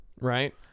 right